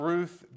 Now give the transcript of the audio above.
Ruth